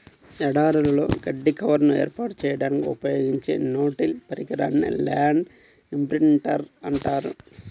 ఎడారులలో గడ్డి కవర్ను ఏర్పాటు చేయడానికి ఉపయోగించే నో టిల్ పరికరాన్నే ల్యాండ్ ఇంప్రింటర్ అంటారు